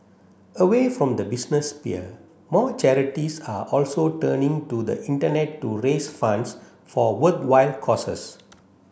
away from the business sphere more charities are also turning to the Internet to raise funds for worthwhile causes